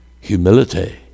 humility